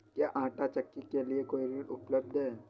क्या आंटा चक्की के लिए कोई ऋण उपलब्ध है?